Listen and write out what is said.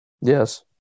Yes